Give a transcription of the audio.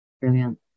Brilliant